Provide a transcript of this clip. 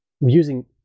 using